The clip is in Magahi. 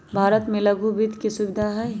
भारत में लघु वित्त के सुविधा हई